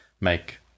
make